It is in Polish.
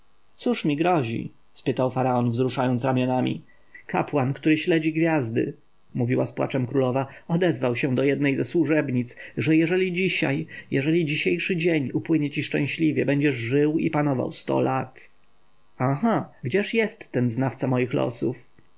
cóż mi grozi spytał faraon wzruszając ramionami kapłan który śledzi gwiazdy mówiła z płaczem królowa odezwał się do jednej ze służebnic że jeżeli dzisiaj jeżeli dzisiejszy dzień upłynie ci szczęśliwie będziesz żył i panował sto lat aha gdzież jest ten znawca moich losów